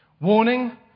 Warning